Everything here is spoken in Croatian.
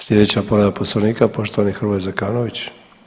Slijedeća povreda Poslovnika, poštovani Hrvoje Zekanović.